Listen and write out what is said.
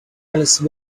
alice